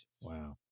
Wow